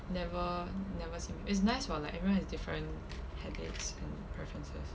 never never seen is nice for like everyone has different habits and preferences